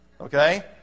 Okay